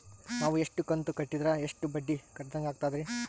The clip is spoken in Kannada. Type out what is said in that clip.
ನಾವು ಇಷ್ಟು ಕಂತು ಕಟ್ಟೀದ್ರ ಎಷ್ಟು ಬಡ್ಡೀ ಕಟ್ಟಿದಂಗಾಗ್ತದ್ರೀ?